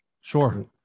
Sure